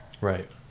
Right